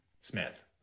Smith